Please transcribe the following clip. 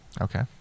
Okay